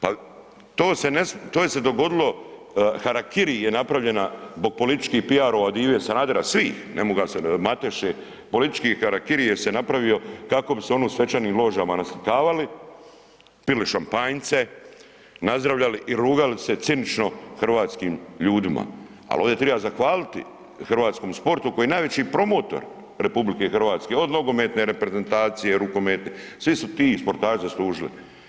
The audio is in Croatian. Pa to se ne smije, to je se dogodilo, harakiri je napravljena zbog političkih PR-ova od Ive Sanadera, svih, ne mogu ja sad …/nerazumljivo/… politički harakiri je se napravio kako bi se u svečanim ložama naslikavali, pili šampanjce, nazdravljali i rugali se cinično hrvatskim ljudima, ali ovdje triba zahvaliti hrvatskom sportu koji je najveći promotor RH, od nogometne reprezentacije, rukometne, svi su ti sportaši zaslužili.